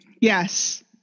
Yes